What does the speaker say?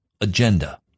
agenda